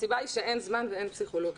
הסיבה היא שאין זמן ואין פסיכולוגים.